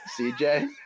CJ